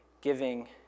giving